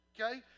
Okay